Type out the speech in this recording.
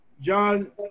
John